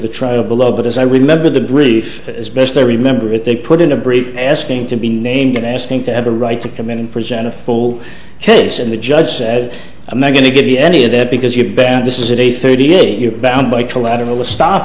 the trial below but as i remember the brief as best i remember it they put in a brief asking to be named and asking to have a right to come in and present a full case and the judge said i'm not going to give you any of that because you're bad this is a thirty eight you're bound by collateral estop